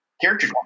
character